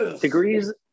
degrees